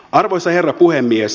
arvoisa herra puhemies